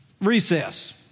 recess